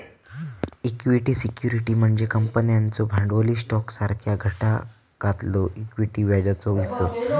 equity security म्हणजे कंपन्यांचो भांडवली स्टॉकसारख्या घटकातलो इक्विटी व्याजाचो हिस्सो